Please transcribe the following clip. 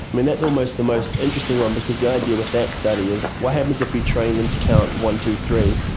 and that's almost the most interesting one because the idea with that study is what happens if we train them to count one, two, three.